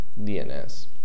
DNS